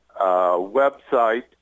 website